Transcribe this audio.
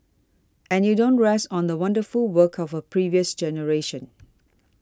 and you don't rest on the wonderful work of a previous generation